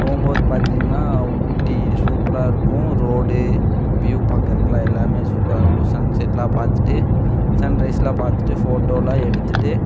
போகும்போது பார்த்திங்னா ஊட்டி சூப்பராக இருக்கும் ரோடு வியூ பார்க்குறக்கு எல்லாமே சூப்பராயிருக்கும் சன் செட்லாம் பார்த்துட்டு சன் ரைஸ்லாம் பார்த்துட்டு ஃபோட்டோலாம் எடுத்துட்டு